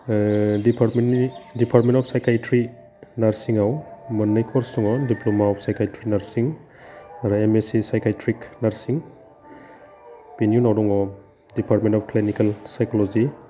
डिपार्टमेन्टनि department of psychiatry नार्ससिङाव मोननै course दङ डिप्ल'मा अफ साइकैत्री नार्ससिं आरो एसएसि साइकैत्रीक नार्ससिं बेनि उनाव दङ डिपार्टमेन्ट अफ क्लिनिकेल साइक'ल'जि